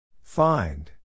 Find